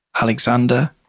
Alexander